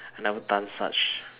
I never done such